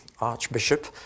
archbishop